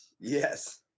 Yes